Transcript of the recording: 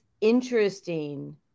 interesting